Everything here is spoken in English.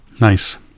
nice